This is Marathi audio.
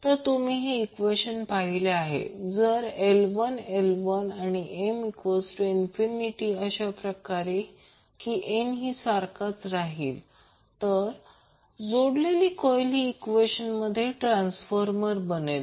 जर तुम्ही हे ईक्वेशन पाहिले जर L1L2M→∞ अशाप्रकारे की n हा सारखाच राहील तर जोडलेली कॉइल ही ईक्वेशन ट्रान्सफॉर्मर बनेल